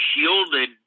shielded